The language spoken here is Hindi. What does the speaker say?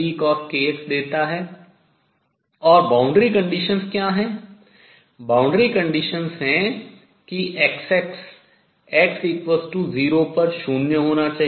boundary conditions सीमा प्रतिबंधों शर्तें है कि Xx x0 पर शून्य होना चाहिए